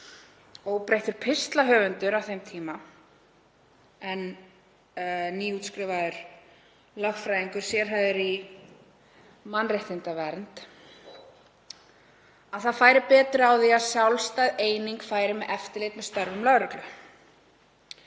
óbreyttur pistlahöfundur en nýútskrifaður lögfræðingur sérhæfður í mannréttindavernd, að betur færi á því að sjálfstæð eining færi með eftirlit með störfum lögreglu.